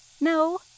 No